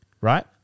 right